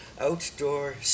outdoor